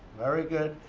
very good.